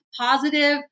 positive